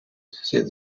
said